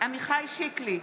עמיחי שיקלי,